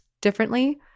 differently